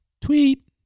tweet